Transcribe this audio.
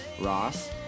Ross